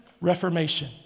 reformation